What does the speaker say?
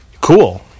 Cool